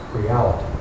reality